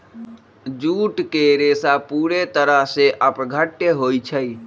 jute के रेशा पूरे तरह से अपघट्य होई छई